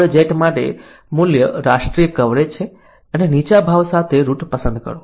સરળ જેટ માટે મૂલ્ય રાષ્ટ્રીય કવરેજ છે અને નીચા ભાવ સાથે રૂટ પસંદ કરો